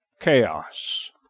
Chaos